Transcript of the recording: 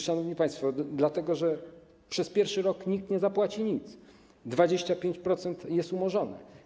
Szanowni państwo, przez pierwszy rok nikt nie zapłaci nic - 25% jest umorzone.